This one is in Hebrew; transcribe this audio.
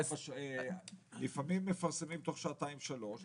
לפעמים מפרסמים תוך שעתיים-שלוש,